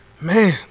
man